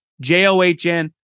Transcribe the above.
J-O-H-N